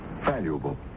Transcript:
Valuable